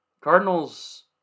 Cardinals